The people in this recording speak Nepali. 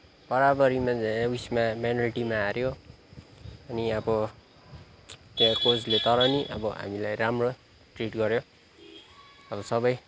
बराबरीमा उइसमा पेनल्टीमा हाऱ्यो अनि अब त्यहाँको कोचहरूले हामीलाई राम्रो ट्रिट गऱ्यो अब सबै